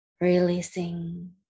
releasing